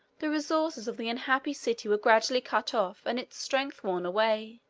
the resources of the unhappy city were gradually cut off and its strength worn away.